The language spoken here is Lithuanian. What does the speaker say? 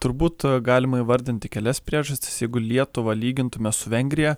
turbūt galima įvardinti kelias priežastis jeigu lietuvą lygintume su vengrija